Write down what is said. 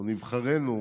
נבחרינו,